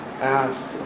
asked